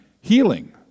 healing